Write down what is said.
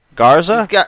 Garza